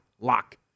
Lock